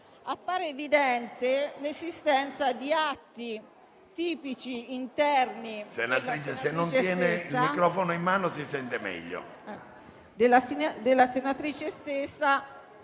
appare evidente l'esistenza di atti tipici interni della senatrice stessa,